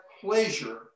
pleasure